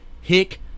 hick